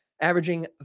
averaging